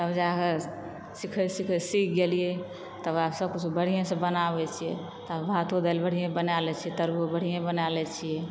तब जाके सीखैत सीखैत सीख गेलिए तेकर बाद सब किछो बढ़िए सॅं बनाबै छियै तब भातो दालि बढ़िऑं बना लै छियै तरुओ बढ़िए बना लै छियै